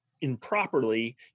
improperly